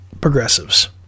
progressives